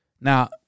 Now